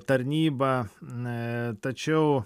tarnybą e tačiau